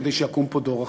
כדי שיקום פה דור אחר.